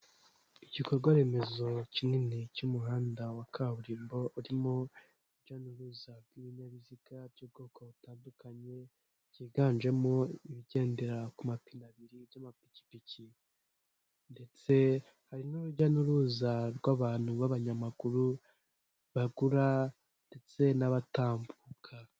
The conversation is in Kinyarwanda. Igikorwa remezo kinini cy'umuhanda wa kaburimbo urimo urujya n'uruza rw'ibinyabiziga by'ubwoko butandukanye, byiganjemo ibigendera ku mapine abiri by'amapikipiki ndetse hari n'urujya n'uruza rw'abantu b'abanyamaguru bagura ndetse n'abatambuka.